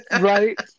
Right